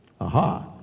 Aha